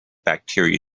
bacteria